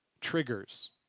triggers